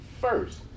first